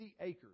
acres